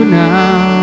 now